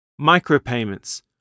Micropayments